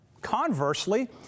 Conversely